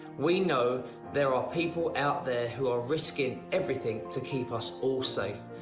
we know there are people out there who are risking everything to keep us all safe.